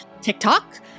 TikTok